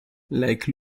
like